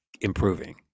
improving